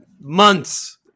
Months